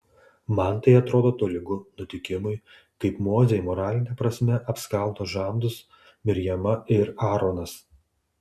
man tai atrodo tolygu nutikimui kaip mozei moraline prasme apskaldo žandus mirjama ir aaronas